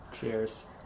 cheers